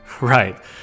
Right